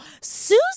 Susan